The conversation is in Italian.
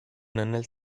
nel